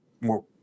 more